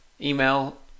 email